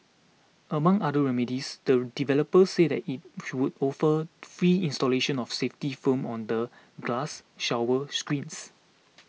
among other remedies the developer said that it would offer free installation of safety films on the glass shower screens